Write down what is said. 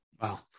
Wow